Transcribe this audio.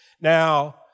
Now